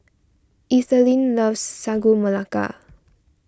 Ethelene loves Sagu Melaka